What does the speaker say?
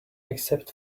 except